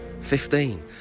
fifteen